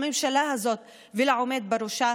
לממשלה הזאת ולעומד בראשה,